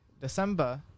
December